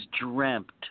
dreamt